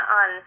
on